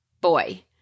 boy